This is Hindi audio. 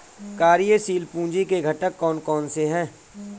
कार्यशील पूंजी के घटक कौन कौन से हैं?